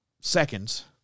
seconds